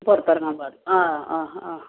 പുറത്ത് ഇറങ്ങാൻ പാടില്ല ആ ആ ആ